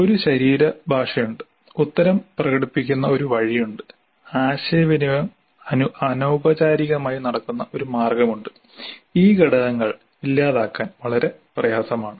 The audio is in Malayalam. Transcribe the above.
ഒരു ശരീരഭാഷയുണ്ട് ഉത്തരം പ്രകടിപ്പിക്കുന്ന ഒരു വഴിയുണ്ട് ആശയവിനിമയം അനൌപചാരികമായി നടക്കുന്ന ഒരു മാർഗമുണ്ട് ഈ ഘടകങ്ങൾ ഇല്ലാതാക്കാൻ വളരെ പ്രയാസമാണ്